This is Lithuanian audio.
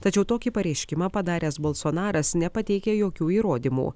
tačiau tokį pareiškimą padaręs bolsonaras nepateikė jokių įrodymų